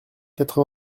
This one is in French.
quatre